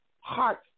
heart